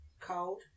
cold